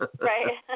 Right